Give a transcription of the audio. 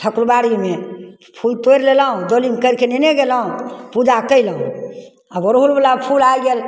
ठकुरबाड़ीमे फूल तोड़ि लेलहुँ डालीमे करिके लेने गेलहुँ पूजा कएलहुँ आब अड़हुलवला फूल आइ गेल